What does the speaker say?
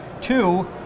Two